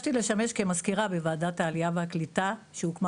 התבקשתי לשמש כמזכירה בוועדת העלייה והקליטה שהוקמה